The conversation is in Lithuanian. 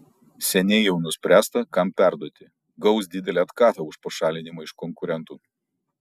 seniai jau nuspręsta kam perduoti gaus didelį atkatą už pašalinimą iš konkurentų